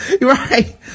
right